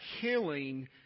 killing